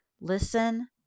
Listen